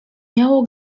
miało